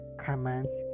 comments